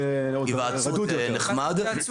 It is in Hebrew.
נחמד.